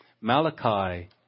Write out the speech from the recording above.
Malachi